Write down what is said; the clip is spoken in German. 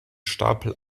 stapel